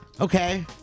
Okay